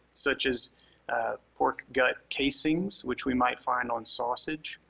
such as pork gut casings which we might find on sausage,